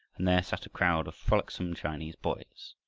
and there sat a crowd of frolicsome chinese boys,